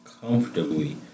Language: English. comfortably